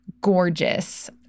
gorgeous